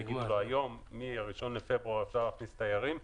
שיגידו לו היום שמ-1 בפברואר אפשר להכניס תיירים.